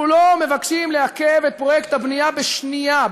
אנחנו לא מבקשים לעכב את פרויקט הבנייה בשנייה,